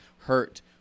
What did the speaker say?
hurt